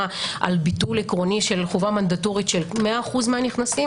על ביטול עקרוני של חובה מנדטורית של 100% מהנכנסים.